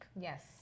Yes